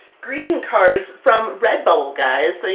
greeting cards from redbubble, guys!